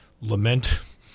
Lament